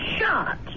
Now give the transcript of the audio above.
shot